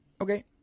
Okay